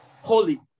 Holy